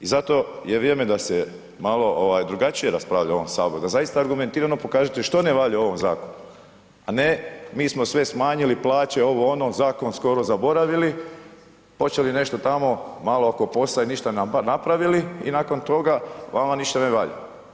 I zato je vrijeme da se malo ovaj drugačije raspravlja u ovom saboru da zaista argumentirano pokažete što ne valja u ovom zakonu, a ne mi smo sve smanjili plaće ovo ono, zakon skoro zaboravili, počeli nešto tamo malo oko POS-a i ništa napravili i nakon toga vama ništa ne valja.